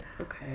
okay